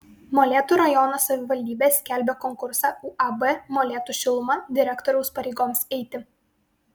molėtų rajono savivaldybė skelbia konkursą uab molėtų šiluma direktoriaus pareigoms eiti